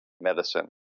medicine